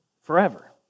forever